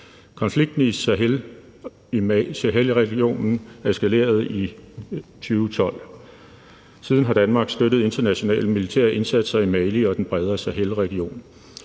Konflikten i Sahelregionen eskalerede i 2012. Siden har Danmark støttet internationale militære indsatser i Mali og den bredere Sahelregion.